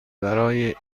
برای